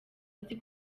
azi